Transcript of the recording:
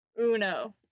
Uno